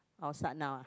I'll start now